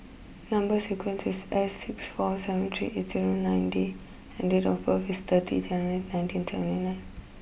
number sequence is S six four seven three eight zero nine D and date of birth is thirty January nineteen seventy nine